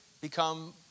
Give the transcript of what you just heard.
become